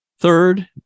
Third